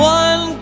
one